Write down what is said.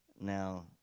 now